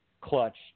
clutch